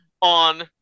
on